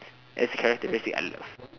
that is the characteristics I love